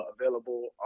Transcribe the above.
available